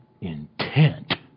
intent